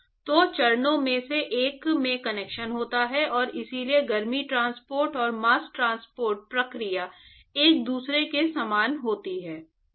तो चरणों में से एक में कन्वेक्शन होता है और इसलिए गर्मी ट्रांसपोर्टर और मास्स ट्रांसपोर्ट प्रक्रिया एक दूसरे के समान होती है